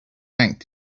yanked